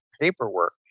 paperwork